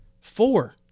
Four